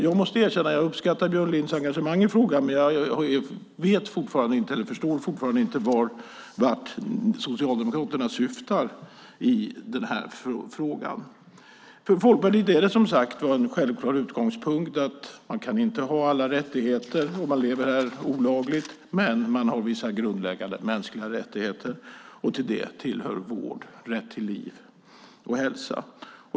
Jag måste erkänna att jag uppskattar Björn Linds engagemang i frågan men förstår fortfarande inte vart Socialdemokraterna där syftar. För Folkpartiet är det, som sagt, en självklar utgångspunkt att man inte kan ha alla rättigheter om man lever här olagligt. Men man har vissa grundläggande mänskliga rättigheter. Dit hör vård och rätten till liv och hälsa.